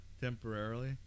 Temporarily